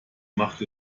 macht